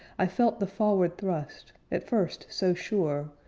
i felt the forward thrust, at first so sure,